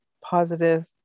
positive